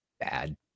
bad